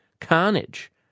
carnage